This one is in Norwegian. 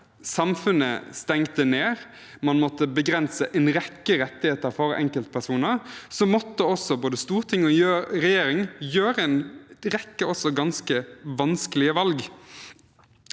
samfunnet stengte ned og man måtte begrense en rekke rettigheter for enkeltpersoner, måtte både storting og regjering gjøre en rekke ganske vanskelige valg.